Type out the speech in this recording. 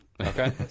Okay